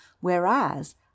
whereas